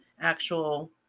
actual